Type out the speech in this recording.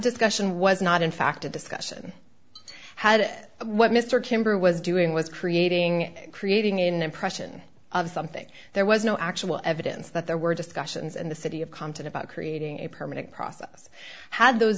discussion was not in fact a discussion had what mr kimber was doing was creating creating an impression of something there was no actual evidence that there were discussions and the city of compton about creating a permanent process had those